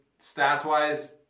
stats-wise